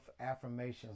affirmations